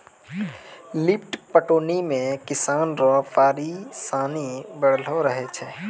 lift पटौनी मे किसान रो परिसानी बड़लो रहै छै